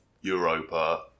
Europa